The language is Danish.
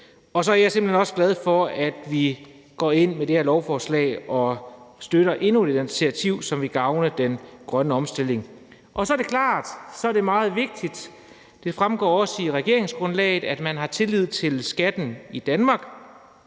Og så er jeg simpelt hen også glad for, at vi med det her lovforslag går ind og støtter endnu et initiativ, som vil gavne den grønne omstilling. Så er det klart, at det er meget vigtigt – det fremgår også af regeringsgrundlaget – at man har tillid til skatten i Danmark,